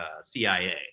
CIA